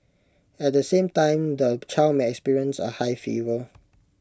at the same time the child may experience A high fever